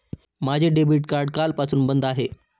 माझे debit card कालपासून बंद आहे